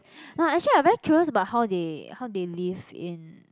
no actually I very curious about how they how they live in